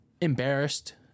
embarrassed